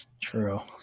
True